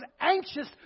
anxious